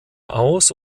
aus